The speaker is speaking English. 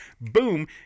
Boom